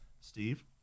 Steve